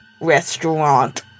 restaurant